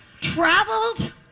Traveled